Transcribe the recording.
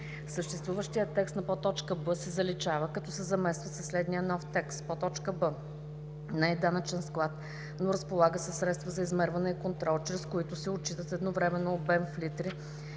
съществуващият текст на подточка „б“ се заличава, като се замества със следния нов текст: „б) не е данъчен склад, но разполага със средства за измерване и контрол, чрез които се отчитат едновременно обем в литри,